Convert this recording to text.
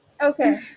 Okay